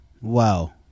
Wow